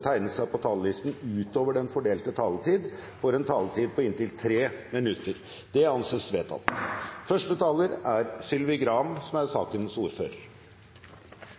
tegne seg på talerlisten utover den fordelte taletid, får en taletid på inntil 3 minutter. – Det anses vedtatt. Taxi er